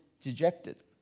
dejected